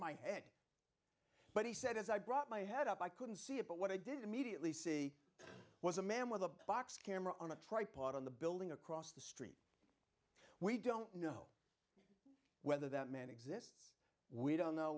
my head but he said as i brought my head up i couldn't see it but what i did immediately see was a man with a box camera on a tripod in the building across the street we don't know whether that man exists we don't know